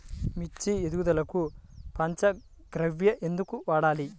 మిర్చి ఎదుగుదలకు పంచ గవ్య ఎందుకు వాడాలి?